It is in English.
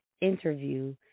interview